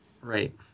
Right